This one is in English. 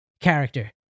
character